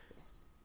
Yes